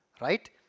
right